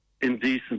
Indecent